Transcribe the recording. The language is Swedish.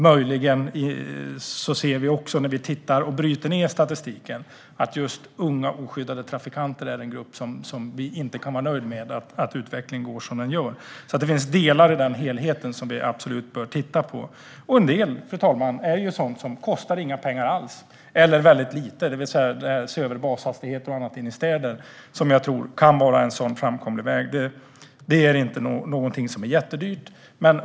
När man bryter ned statistiken visar det sig att just unga oskyddade trafikanter är en grupp där vi inte är nöjda med att utvecklingen går som den gör. Det finns alltså delar i helheten som man bör titta på. Fru ålderspresident! En del kostar inga pengar alls eller väldigt lite. Det gäller att se över bashastigheter och annat inne i städer som jag tror kan vara en framkomlig väg. Det är inte jättedyrt.